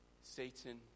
Satan